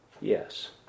Yes